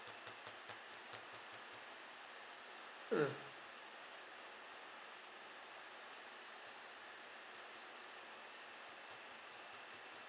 mm